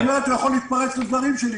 אה, זאת אומרת, הוא יכול להתפרץ לדברים שלי?